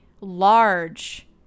large